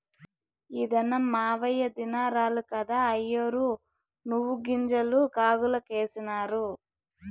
ఈ దినం మాయవ్వ దినారాలు కదా, అయ్యోరు నువ్వుగింజలు కాగులకేసినారు